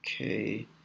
okay